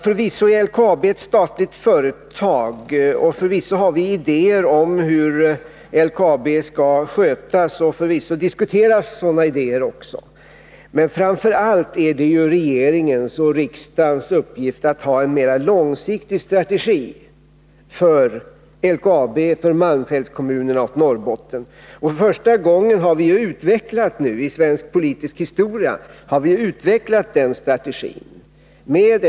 Förvisso är LKAB ett statligt företag, och förvisso har vi idéer om hur LKAB skall skötas. Förvisso diskuteras också sådana idéer, men framför allt är det ju regeringens och riksdagens uppgift att ha en mera långsiktig strategi för LKAB, för malmfältskommunerna och för Norrbotten. Och för första gången i svensk politisk historia har vi nu utvecklat den strategin: 1.